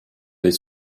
les